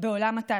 בעולם התעסוקה.